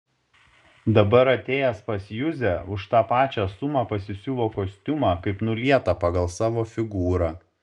dabar atėjęs pas juzę už tą pačią sumą pasisiuvo kostiumą kaip nulietą pagal savo figūrą